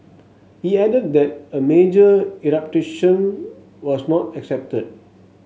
he added that a major eruption was not expected